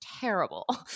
terrible